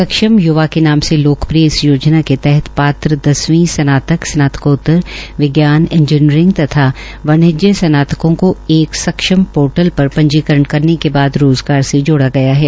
सुक्षम युवा के नाम से लोकप्रिय इस योजना के तहत पात्र दसवीं स्नातक स्नातकोतर विज्ञान इंजीनियरिंग तथा वाणिज्य स्नातकों को एक सक्षम पोर्टल पर पंजीकरण करने के बाद रोज़गार से जोड़ा गया है